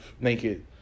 naked